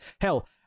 hell